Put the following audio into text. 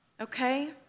okay